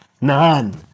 None